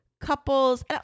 couples